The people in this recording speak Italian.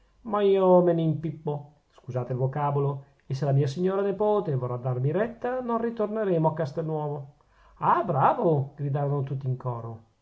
ma io me ne impipo scusate il vocabolo e se la mia signora nepote vorrà darmi retta non ritorneremo a castelnuovo ah bravo gridarono tutti in coro